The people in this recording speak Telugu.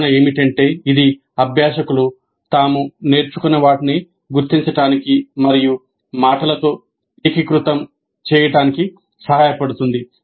వాదన ఏమిటంటే ఇది అభ్యాసకులు తాము నేర్చుకున్న వాటిని గుర్తించడానికి మరియు మాటలతో ఏకీకృతం చేయడానికి సహాయపడుతుంది